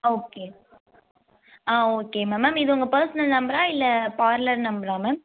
okay ah okay ma'am ma'am இது உங்கள் personal நம்பரா இல்லை பார்லர் நம்பரா மேம்